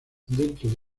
dentro